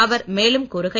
அவர் மேலும் கூறுகையில்